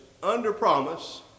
underpromise